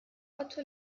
otto